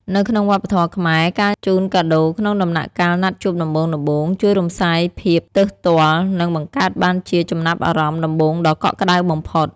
នៅក្នុងវប្បធម៌ខ្មែរ ការជូនកាដូក្នុងដំណាក់កាលណាត់ជួបដំបូងៗ ជួយរំសាយយភាពទើសទាល់ និងបង្កើតបានជាចំណាប់អារម្មណ៍ដំបូងដ៏កក់ក្ដៅបំផុត។